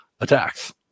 attacks